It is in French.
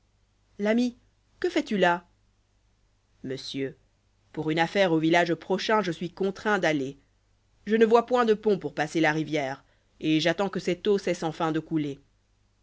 l'ami que fais-tu là monsieur pour une affaira au village prochain je suis contraint d'aller je ne vois point de pont pour pàsser'la rivière et j'attends que cette eau cesse enfin de couler